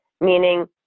meaning